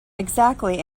exactly